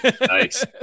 Nice